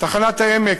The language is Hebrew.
תחנת העמק,